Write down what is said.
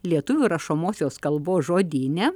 lietuvių rašomosios kalbos žodyne